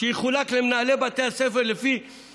שיחולקו למנהלי בתי הספר לפי